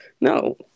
No